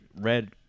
red